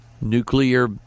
nuclear